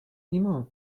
ایمان